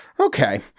Okay